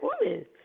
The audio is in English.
woman